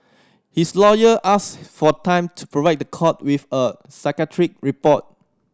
his lawyer asked for time to provide the court with a psychiatric report